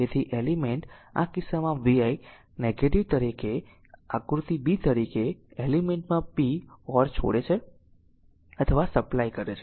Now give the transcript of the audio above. તેથી એલિમેન્ટ આ કિસ્સામાં vi નેગેટિવ તરીકે આકૃતિ b તરીકે એલિમેન્ટ માં p or છોડે અથવા સપ્લાય કરે છે